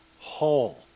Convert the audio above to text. whole